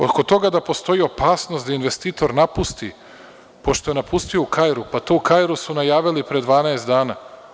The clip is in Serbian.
Oko toga da postoji opasnost da investitor napusti, pošto je napustio u Kairu, pa to u Kairu su najavili pre 12 dana.